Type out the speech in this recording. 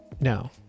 No